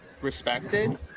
respected